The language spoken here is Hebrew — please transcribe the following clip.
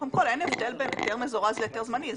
אין הבדל בין היתר מזורז להיתר זמני.